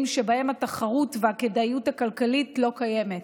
שבהם התחרות והכדאיות הכלכלית לא קיימות.